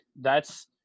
That's-